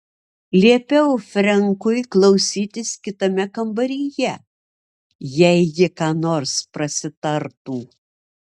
liepiau frenkui klausytis kitame kambaryje jei ji ką nors prasitartų